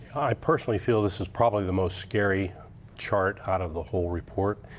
personally feel this is probably the most scary chart out of the whole report.